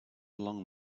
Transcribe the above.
along